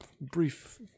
brief